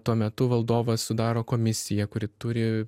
tuo metu valdovas sudaro komisiją kuri turi